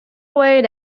away